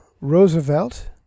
Roosevelt